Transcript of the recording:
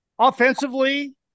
offensively